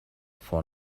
for